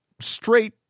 straight